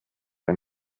ein